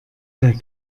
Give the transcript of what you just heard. der